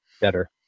better